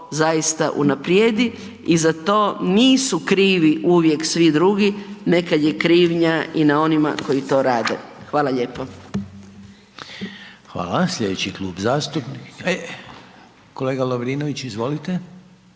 zaista unaprijedi i za to nisu krivi uvijek svi drugi, nekad je krivnja i na onima koji to rade. Hvala lijepo. **Reiner, Željko (HDZ)** Hvala. Kolega Lovrinović, izvolite.